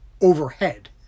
overhead